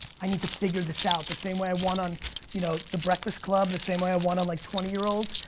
i need to figure this out, the same way i won on you know the breakfast club, the same way i won on like twenty year olds,